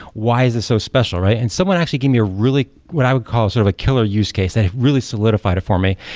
why is this so special? right? and someone actually gave me a really, what i would call sort of a killer use case that have really solidified it for me.